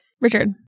Richard